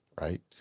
right